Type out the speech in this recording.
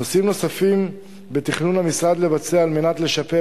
נושאים נוספים בתכנון המשרד לבצע על מנת לשפר